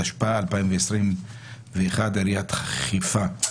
התשפ"א-2021 עיריית חיפה.